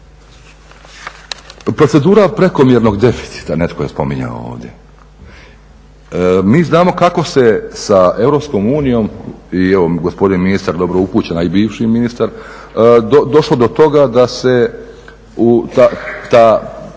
Procedura prekomjernog deficita, netko je spominjao ovdje. Mi znamo kako se sa EU i evo gospodin ministar je dobro upućen, a i bivši ministar, došlo do toga da se taj